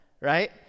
right